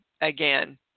again